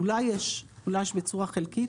אולי יש בצורה חלקית.